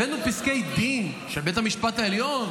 הבאנו פסקי דין של בית המשפט העליון,